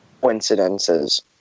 coincidences